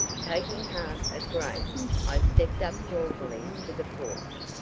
taking heart of grace, i stepped up jauntily to the porch.